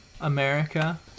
America